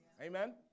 Amen